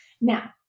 now